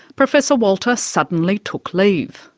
professor walter suddenly took leave,